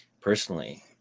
personally